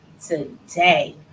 Today